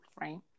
right